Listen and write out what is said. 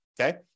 okay